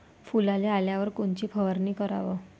फुलाले आल्यावर कोनची फवारनी कराव?